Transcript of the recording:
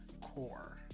core